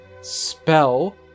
spell